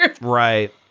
Right